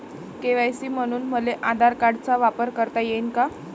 KYC म्हनून मले आधार कार्डाचा वापर करता येईन का?